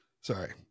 Sorry